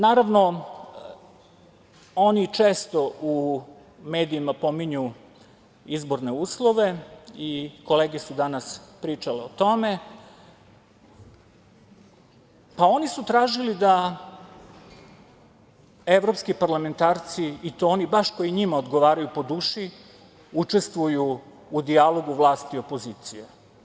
Naravno, oni često u medijima pominju izborne uslove i kolege su danas pričale o tome, pa oni su tražili da evropski parlamentarci, i to oni baš koji njima odgovaraju po duši, učestvuju u dijalogu vlasti i opozicije.